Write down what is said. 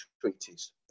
treaties